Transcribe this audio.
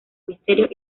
misterios